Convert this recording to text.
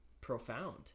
profound